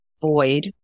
void